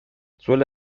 suele